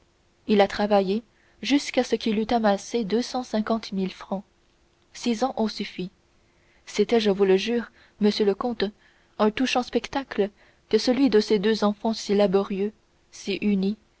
il a travaillé jusqu'à ce qu'il eût amassé deux cent cinquante mille francs six ans ont suffi c'était je vous le jure monsieur le comte un touchant spectacle que celui de ces deux enfants si laborieux si unis